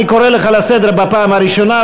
אני קורא אותך לסדר בפעם הראשונה,